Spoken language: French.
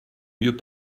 mieux